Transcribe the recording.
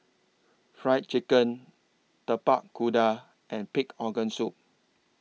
Fried Chicken Tapak Kuda and Pig Organ Soup